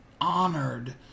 honored